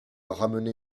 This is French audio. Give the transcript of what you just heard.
ramené